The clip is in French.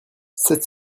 sept